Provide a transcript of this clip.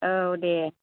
औ दे